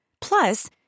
Plus